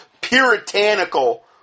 puritanical